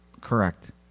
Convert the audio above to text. Correct